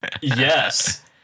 Yes